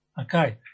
Okay